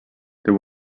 there